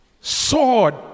Sword